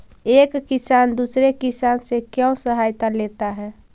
एक किसान दूसरे किसान से क्यों सहायता लेता है?